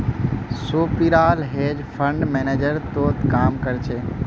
सोपीराल hedge fund manager तोत काम कर छ